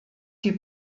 die